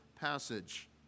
passage